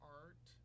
art